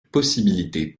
possibilité